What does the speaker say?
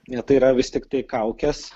ne tai yra vis tiktai kaukės